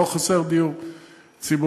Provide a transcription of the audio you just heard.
לא חסר דיור ציבורי,